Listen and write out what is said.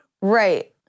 Right